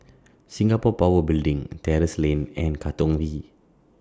Singapore Power Building Terrasse Lane and Katong V